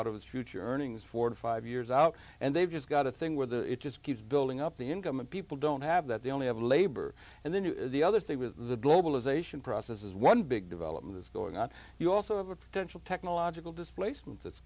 out of its future earnings for five years out and they've just got a thing where the it just keeps building up the income and people don't have that they only have a labor and then the other thing with the globalization process is one big development is going on you also have a potential technological displacement th